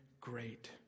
great